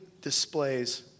displays